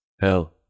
Hell